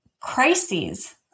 Crises